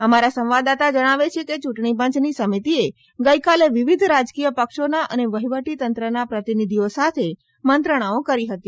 અમારા સંવાદદાતા જણાવે છે કે ચૂંટણી પંચની સમિતિએ ગઈકાલે વિવિધ રાજકીય પક્ષોના અને વહિવટી તંત્રના પ્રતિનિધિઓ સાથે મંત્રણાઓ કરી હતી